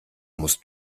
musst